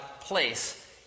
place